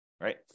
right